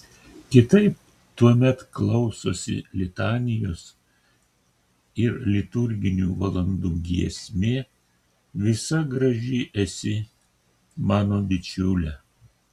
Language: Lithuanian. kitaip tuomet klausosi litanijos ir liturginių valandų giesmė visa graži esi mano bičiule